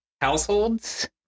households